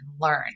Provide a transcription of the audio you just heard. learn